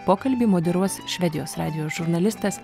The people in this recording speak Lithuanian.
pokalbį moderuos švedijos radijo žurnalistas